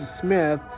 Smith